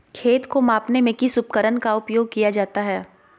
खेत को मापने में किस उपकरण का उपयोग किया जाता है?